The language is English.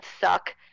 suck